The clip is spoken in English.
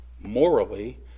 morally